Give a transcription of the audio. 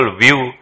view